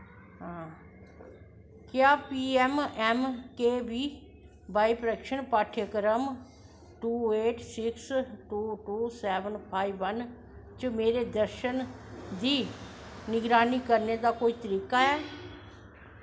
क्या P M K V Y प्रशिक्षण पाठ्यक्रम two eight six two two seven five one च मेरे प्रदर्शन दी निगरानी करने दा कोई तरीका ऐ